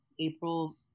April